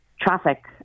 traffic